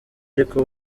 ariko